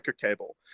cable